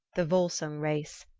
the volsung race,